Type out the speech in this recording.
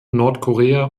nordkorea